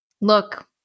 Look